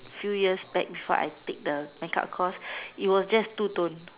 few years back before I take the makeup course it was just two tone